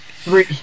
Three